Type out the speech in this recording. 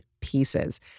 pieces